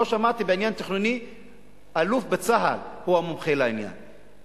לא שמעתי שאלוף בצה"ל הוא המומחה לעניין תכנוני,